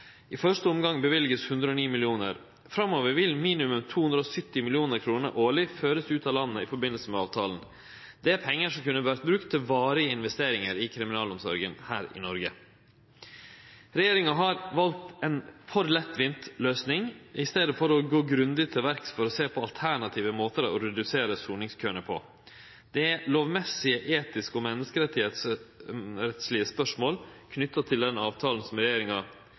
I første omgang vil det verte løyvt 109 mill. kr. Framover vil minimum 270 mill. kr årleg verte ført ut av landet i samband med avtalen. Det er pengar som kunne verte brukte til varige investeringar i kriminalomsorga her i Noreg. Regjeringa har valt ei for lettvinn løysing, i staden for å gå grundig til verks for å sjå på alternative måtar å redusera soningskøane på. Det er lovmessige, etiske og menneskerettslege spørsmål knytte til den avtalen som regjeringa